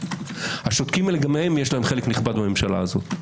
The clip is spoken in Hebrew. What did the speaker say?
השותקים, גם להם חלק נכבד בממשלה הזאת.